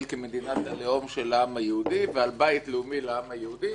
כמדינת הלאום של העם היהודי ועל בית לאומי לעם היהודי,